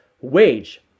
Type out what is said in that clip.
wage